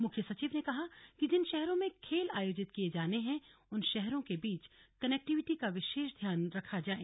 मुख्य सचिव ने कहा कि जिन शहरों में खेल आयोजित किये जाने हैं उन शहरों के बीच कनेक्टिविटी का विशेष ध्यान रखा जाए